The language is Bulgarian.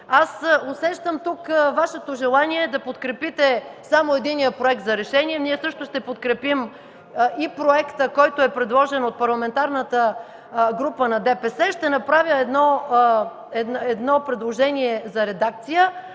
Усещам тук Вашето желание да подкрепите само единия проект за решение. Ние също ще подкрепим проекта, предложен от Парламентарната група на ДПС. Ще направя предложение за редакция